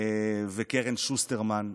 וקרן שוסטרמן.